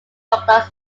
douglas